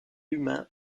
humains